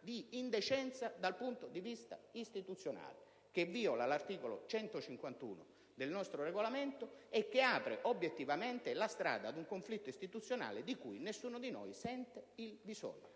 di indecenza dal punto di vista istituzionale, che viola l'articolo 151 del nostro Regolamento e apre, obiettivamente, la strada ad un conflitto istituzionale di cui nessuno di noi sente il bisogno.